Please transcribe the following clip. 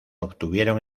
obtuvieron